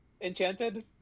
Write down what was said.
Enchanted